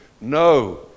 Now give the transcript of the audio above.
No